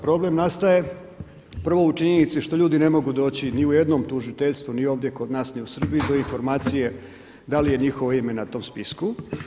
Problem nastaje prvo u činjenici što ljudi ne mogu doći ni u jednom tužiteljstvu, ni ovdje kod nas ni u Srbiji do informacije da li je njihovo ime na tom spisku.